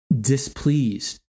displeased